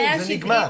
זה נגמר.